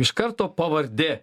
iš karto pavardė